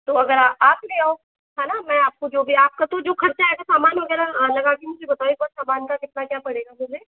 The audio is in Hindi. तो अगर आप ले आओ है न मैं आपको जो भी आपका तो जो खर्चा आएगा सामान वगैरह लगाके एक बार बताओ समान का कितना क्या पड़ेगा